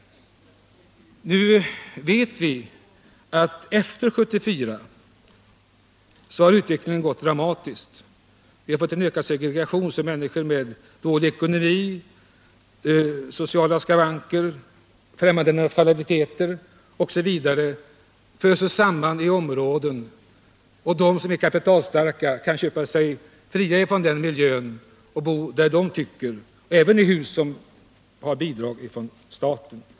Nu vet vi att efter 1974 har utvecklingen gått dramatiskt. Vi har fått en ökad segregation. Människor med dålig ekonomi, sociala skavanker, främmande nationaliteter osv. föses samman i vissa områden, medan de kapitalstarka kan köpa sig fria från den miljön och bo var de tycker, även i hus med bidrag från staten.